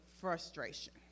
frustration